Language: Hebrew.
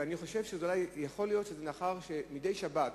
שיכול להיות שמאחר שמדי שבת